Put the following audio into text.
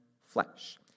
flesh